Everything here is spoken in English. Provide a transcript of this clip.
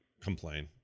complain